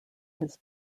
his